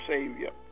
Savior